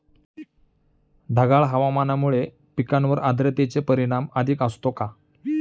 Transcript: ढगाळ हवामानामुळे पिकांवर आर्द्रतेचे परिणाम अधिक असतो का?